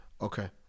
Okay